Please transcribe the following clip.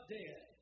dead